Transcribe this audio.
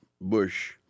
Bush